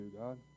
God